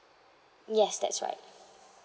yes that's right